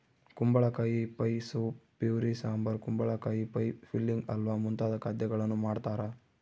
ಕುಂಬಳಕಾಯಿ pie soup puree sambar ಕುಂಬಳಕಾಯಿ pie filling halwa ಮುಂತಾದ ಖಾದ್ಯಗಳನ್ನು ಮಾಡ್ತಾರ